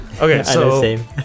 okay